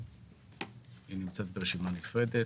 שנמצאת ברשימה נפרדת.